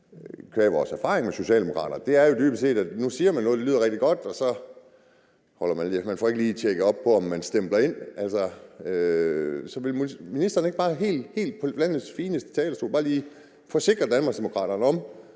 qua vores erfaringer med socialdemokrater. De er jo dybest set, at man siger noget, der lyder rigtig godt – og så får man ikke lige tjekket op på, om der bliver stemplet ind. Så vil ministeren ikke fra landets fineste talerstol bare lige forsikre Danmarksdemokraterne om,